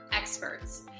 experts